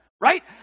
right